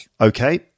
Okay